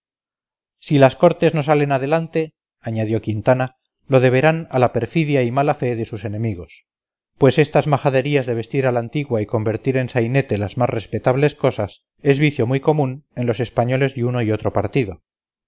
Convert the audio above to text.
si las cortes no salen adelante añadió quintana lo deberán a la perfidia y mala fe de sus enemigos pues estas majaderías de vestir a la antigua y convertir en sainete las más respetables cosas es vicio muy común en los españoles de uno y otro partido